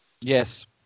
Yes